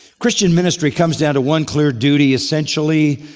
christian ministry comes down to one clear duty essentially,